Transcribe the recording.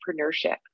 entrepreneurship